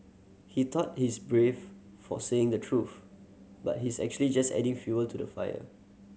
he thought he's brave for saying the truth but he's actually just adding fuel to the fire